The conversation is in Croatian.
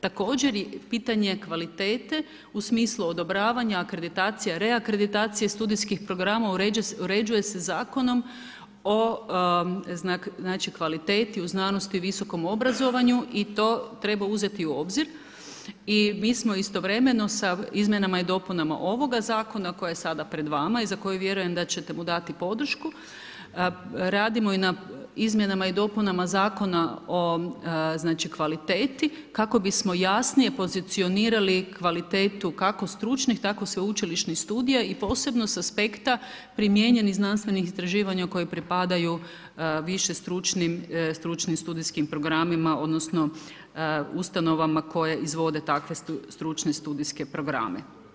Također i pitanje kvalitete u smislu odobravanje, akreditacija, reakreditacija studijskih programa, uređuje se zakonom o znači, kvaliteti, znanosti, visokom obrazovanju i to treba uzeti u obzir i mi smo istovremeno sa izmjenama i dopunama ovoga zakona, koje je sada pred vama i za koje vjerujem da ćete mu dati podršku, radimo i na izmjenama i dopunama Zakona o kvaliteti, kako bismo jasnije pozicionirali kvalitetu, kako stručnih tako i sveučilišnih studija i posebno sa aspekta, primijenjenih znanstvenih istraživanja, koji pripadaju više stručnim studijskim programima, odnosno, ustanovama, koje izvode takve stručne studijske programe.